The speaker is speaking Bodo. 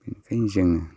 बिनिखायनो जोङो